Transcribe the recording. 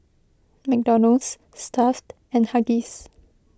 McDonald's Stuff'd and Huggies